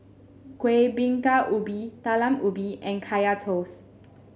Kueh Bingka Ubi Talam Ubi and Kaya Toast